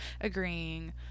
agreeing